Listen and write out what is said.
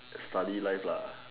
study life